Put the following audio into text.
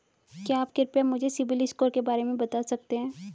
क्या आप कृपया मुझे सिबिल स्कोर के बारे में बता सकते हैं?